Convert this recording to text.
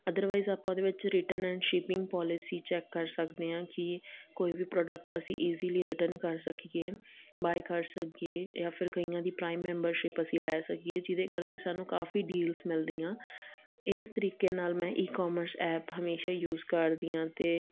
otherwise ਆਪਾਂ ਉਹਦੇ ਵਿੱਚ return and shipping policy check ਕਰ ਸਕਦੇ ਹਾਂ ਕਿ ਕੋਈ ਵੀ ਪ੍ਰੋਡਕਟ ਅਸੀਂ ਈਜ਼ੀਲੀ ਰਿਟਨ ਕਰ ਸਕੀਏ ਬਾਏ ਕਰ ਸਕੀਏ ਜਾਂ ਫਿਰ ਕਈਆਂ ਦੀ ਪ੍ਰਾਈਮ ਮੈਂਬਰਸ਼ਿਪ ਅਸੀਂ ਲੈ ਸਕੀਏ ਜਿਹਦੇ ਕਰਕੇ ਸਾਨੂੰ ਕਾਫੀ ਡੀਲਸ ਮਿਲਦੀਆਂ ਇਸ ਤਰੀਕੇ ਨਾਲ ਮੈਂ ਈ ਕਾਮਰਸ ਐਪ ਹਮੇਸ਼ਾ ਯੂਜ ਕਰਦੀ ਹਾਂ ਅਤੇ